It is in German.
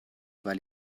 weil